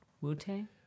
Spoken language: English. Wu-Tang